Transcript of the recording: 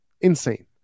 Insane